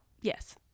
yes